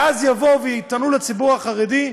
ואז יבואו ויטענו נגד הציבור החרדי: